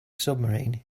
submarine